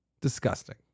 Disgusting